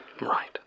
Right